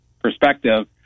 perspective